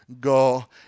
Go